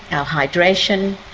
our hydration,